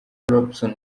robinson